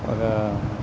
ఒక